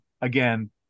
again